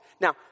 Now